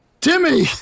Timmy